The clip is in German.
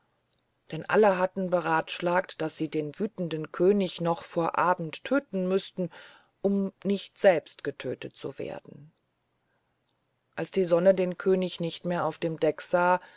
denn alle hatten beratschlagt daß sie den wütenden könig noch vor abend töten müßten um nicht selbst getötet zu werden als die sonne den könig nicht mehr auf dem deck sah